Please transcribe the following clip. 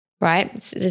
right